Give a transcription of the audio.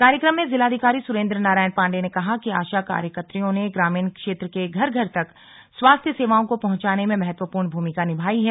कार्यक्रम में जिलाधिकारी सुरेन्द्र नारायण पाण्डेय ने कहा कि आशा कार्यकर्त्रियों ने ग्रामीण क्षेत्र के घर घर तक स्वास्थ्य सेवाओं को पहुंचाने में महत्वपूर्ण भूमिका निभाई है